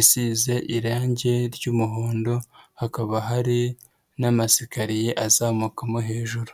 isize irangi ry'umuhondo, hakaba hari n'amasikariye azamukamo hejuru.